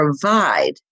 provide